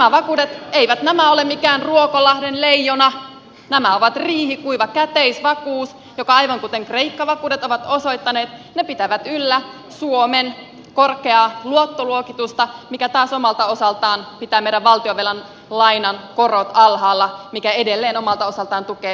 nämä vakuudet eivät ole mikään ruokolahden leijona nämä ovat riihikuiva käteisvakuus ja aivan kuten kreikka vakuudet ovat osoittaneet ne pitävät yllä suomen korkeaa luottoluokitusta mikä taas omalta osaltaan pitää meidän valtionvelkamme lainakorot alhaalla mikä edelleen omalta osaltaan tukee hyvinvointiyhteiskunnan rahoitusta